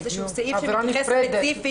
איזשהו סעיף שמתייחס ספציפית.